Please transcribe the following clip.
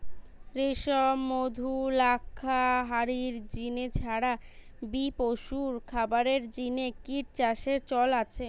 রেশম, মধু, লাক্ষা হারির জিনে ছাড়া বি পশুর খাবারের জিনে কিট চাষের চল আছে